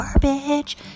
garbage